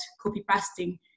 copy-pasting